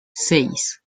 seis